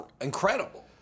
incredible